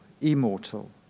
immortal